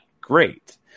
great